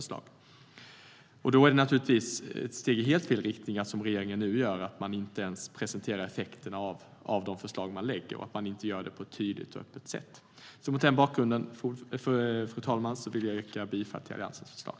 Då är det ett steg i helt fel riktning att man inte ens presenterar effekterna av de förslag som man lägger fram på ett öppet och tydligt sätt. Mot den bakgrunden vill jag yrka bifall till Alliansens förslag.